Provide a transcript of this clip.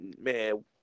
man